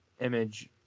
image